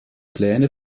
pläne